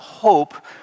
hope